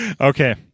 Okay